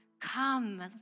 Come